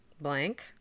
blank